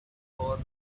for